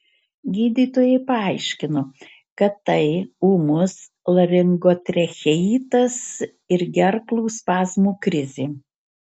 gydytojai paaiškino kad tai ūmus laringotracheitas ir gerklų spazmų krizė